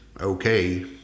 okay